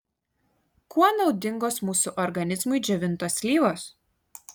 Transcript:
kuo naudingos mūsų organizmui džiovintos slyvos